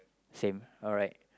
same alright